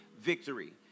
victory